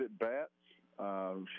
at-bats